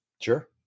Sure